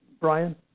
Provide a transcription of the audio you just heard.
Brian